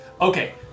Okay